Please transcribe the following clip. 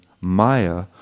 maya